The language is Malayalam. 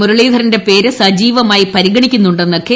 മുരളീധരന്റെ പേര് സജീവമായി പരിഗണിക്കുന്നുണ്ടെന്ന് കെ